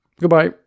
Goodbye